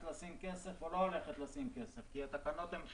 לשים כסף או לא הולכת לשים כסף כי התקנות הן שונות.